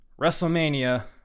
wrestlemania